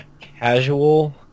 casual